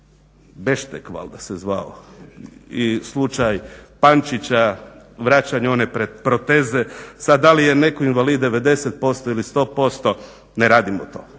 Beštek valjda se zvao i slučaj Pančića vraćanja one proteze. Sada da li je netko invalid 90% ili 100%, ne radimo to,